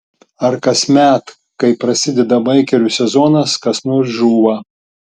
ar kasmet kai prasideda baikerių sezonas kas nors žūva